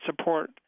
support